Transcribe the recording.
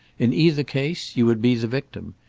in either case you would be the victim.